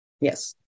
Yes